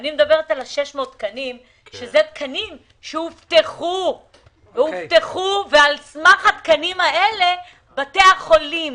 אני מדברת על 600 התקנים שהובטחו ועל סמך התקנים האלה בתי החולים